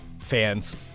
fans